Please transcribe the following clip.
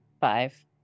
five